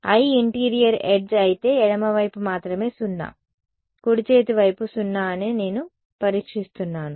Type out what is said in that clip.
i interior edge అయితే ఎడమ వైపు మాత్రమే 0 కుడి చేతి వైపు 0 అని నేను పరీక్షిస్తున్నాను